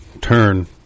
turn